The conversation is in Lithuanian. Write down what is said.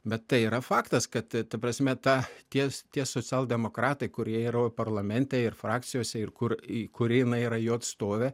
bet tai yra faktas kad ta prasme ta tie tie socialdemokratai kurie yra parlamente ir frakcijose ir kur kur jinai yra jų atstovė